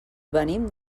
venim